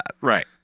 Right